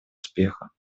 успеха